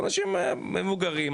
הם מבוגרים,